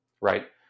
Right